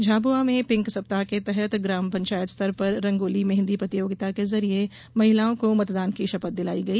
झाबुआ में पिंक सप्ताह के तहत ग्राम पंचायत स्तर पर रंगोली मेहदी प्रतियोगिता के जरिये महिलाओं को मतदान की शपथ दिलाई गई